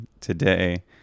today